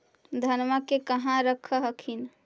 धनमा के कहा रख हखिन?